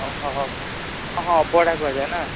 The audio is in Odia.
ଓହୋ ହଁ ଅବଢ଼ା କୁହାଯାଏ ନା